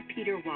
Peter